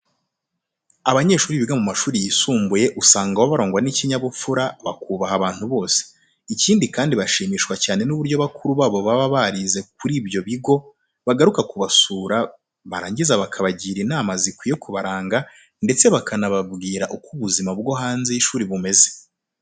Abanyeshuri biga mu mashuri yisumbuye usanga barangwa n'ikinyabupfura kandi bakubaha abantu bose. Ikindi kandi bashimishwa cyane n'uburyo bakuru babo baba barize kuri ibyo bigo bagaruka kubasura barangiza bakabagira inama zikwiye kubaranga ndetse bakanababwira uko ubuzima bwo hanze y'ishuri bumeze.